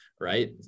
right